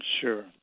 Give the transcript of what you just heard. Sure